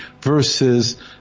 versus